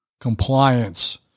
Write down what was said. compliance